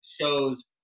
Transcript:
shows